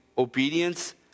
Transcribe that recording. Obedience